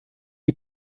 you